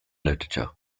literature